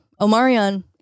Omarion